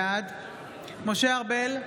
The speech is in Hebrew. בעד משה ארבל,